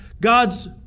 God's